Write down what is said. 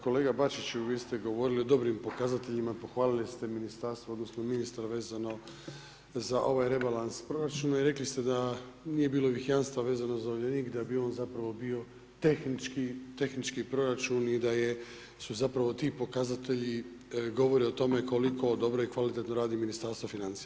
Kolega bačiću, vi ste govorili o dobrim pokazateljima, pohvalili ste ministarstvo odnosno ministra vezano za ovaj rebalans proračuna i rekli ste da nije bilo ovih jamstava vezano za Uljanik, da bi ovo zapravo bio tehnički proračun i da zapravo ti pokazatelji govore o tom koliko dobro i kvalitetno radi Ministarstvo financija.